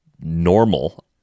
normal